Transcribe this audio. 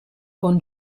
con